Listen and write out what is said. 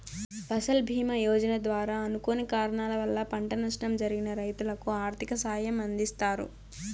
ఫసల్ భీమ యోజన ద్వారా అనుకోని కారణాల వల్ల పంట నష్టం జరిగిన రైతులకు ఆర్థిక సాయం అందిస్తారు